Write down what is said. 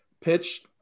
pitch